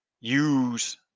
use